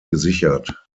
gesichert